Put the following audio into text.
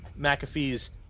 McAfee's